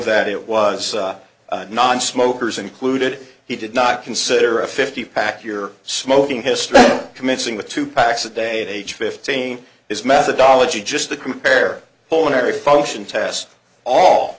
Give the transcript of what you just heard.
that it was non smokers included he did not consider a fifty pack your smoking history commencing with two packs a day at age fifteen his methodology just to compare pulmonary function test all